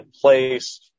place